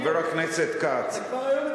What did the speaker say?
אתה כבר היום מדבר על,